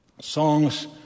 Songs